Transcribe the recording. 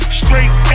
straight